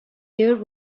there